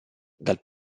dal